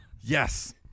Yes